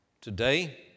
today